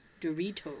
Doritos